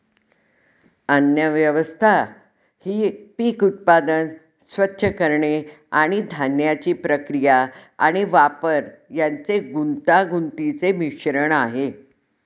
अन्नव्यवस्था ही पीक उत्पादन, स्वच्छ करणे आणि धान्याची प्रक्रिया आणि वापर यांचे गुंतागुंतीचे मिश्रण आहे